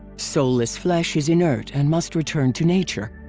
soulless flesh is inert and must return to nature,